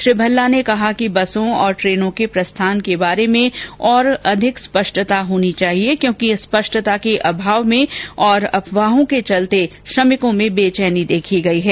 श्री भल्ला ने कहा कि बसों और ट्रेनों के प्रस्थान के बारे में और अधिक स्पष्टता होनी चाहिए क्योंकि स्पष्टता के अभाव में और अफवाहों के चलते श्रमिकों में बेचैनी देखी गई है